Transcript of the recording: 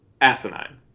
asinine